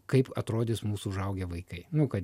kaip atrodys mūsų užaugę vaikai nu kad